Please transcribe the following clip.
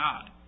God